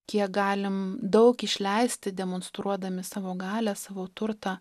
kiek galim daug išleisti demonstruodami savo galią savo turtą